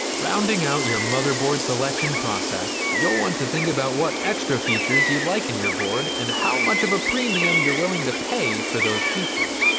rounding out your motherboard selection process you'll want to think about what extra features you'd like in your board and how much of a premium you're willing to pay for those features.